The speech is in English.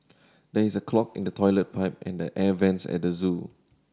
there is a clog in the toilet pipe and the air vents at the zoo